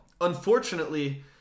Unfortunately